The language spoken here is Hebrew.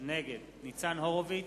נגד ניצן הורוביץ,